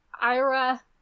Ira